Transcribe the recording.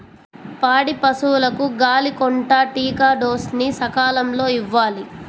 పాడి పశువులకు గాలికొంటా టీకా డోస్ ని సకాలంలో ఇవ్వాలి